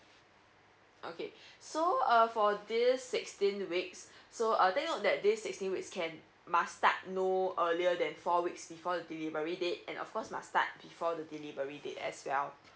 okay so uh for this sixteen weeks so uh take note that this sixteen weeks can must start no earlier than four weeks before the delivery date and of course must start before the delivery date as well